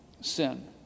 sin